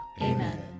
Amen